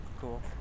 Cool